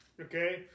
Okay